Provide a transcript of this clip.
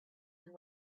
and